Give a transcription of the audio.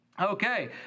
Okay